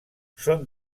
són